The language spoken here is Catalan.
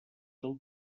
del